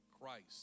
Christ